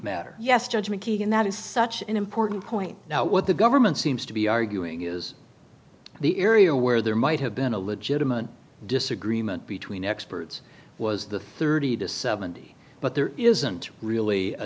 matter yes judgment and that is such an important point now what the government seems to be arguing is the area where there might have been a legitimate disagreement between experts was the thirty to seventy but there isn't really a